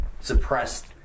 suppressed